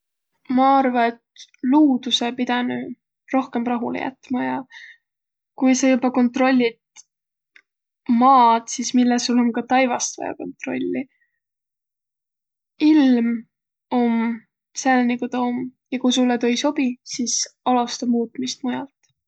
Ma arva, et luudusõ pidänüq rohkõmb rahulõ jätmä ja kui sa juba kontrollit maad, sis mille sul om ka taivast vaja kontrolliq. Ilm om sääne niguq tä om ja ku sullõ ei sobiq, sis alostaq muutmist mujalt.